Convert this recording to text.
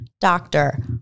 doctor